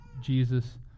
Jesus